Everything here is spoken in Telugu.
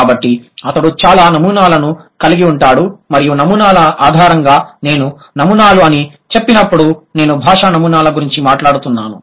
కాబట్టి అతడు చాలా నమూనాలను కలిగి ఉంటాడు మరియు నమూనాల ఆధారంగా నేను నమూనాలు అని చెప్పినప్పుడు నేను భాషా నమూనాల గురించి మాట్లాడుతున్నాను